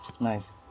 Nice